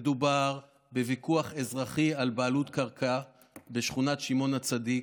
מדובר בוויכוח אזרחי על בעלות קרקע בשכונת שמעון הצדיק,